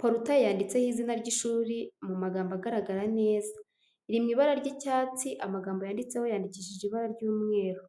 Porutaye yanditseho izina ry'ishuri mu magambo agaragara neza, iri mu ibara ry'icyatsi, amagambo yanditseho yandikishije ibara ry'umweru.